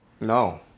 No